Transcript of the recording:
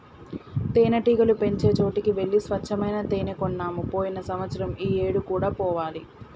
తేనెటీగలు పెంచే చోటికి వెళ్లి స్వచ్చమైన తేనే కొన్నాము పోయిన సంవత్సరం ఈ ఏడు కూడా పోవాలి